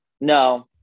No